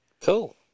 Cool